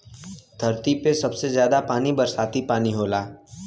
धरती पे सबसे जादा पानी बरसाती पानी होला